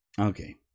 Okay